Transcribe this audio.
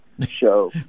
show